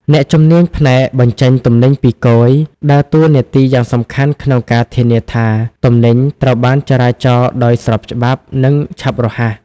អ្នកជំនាញផ្នែកបញ្ចេញទំនិញពីគយ ដើរតួនាទីយ៉ាងសំខាន់ក្នុងការធានាថាទំនិញត្រូវបានចរាចរដោយស្របច្បាប់ និងឆាប់រហ័ស។